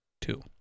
two